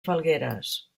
falgueres